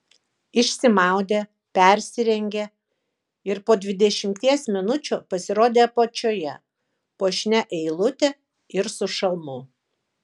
išsimaudė persirengė ir po dvidešimties minučių pasirodė apačioje puošnia eilute ir su šalmu